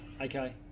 Okay